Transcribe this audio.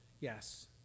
Yes